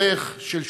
דרך של שותפות.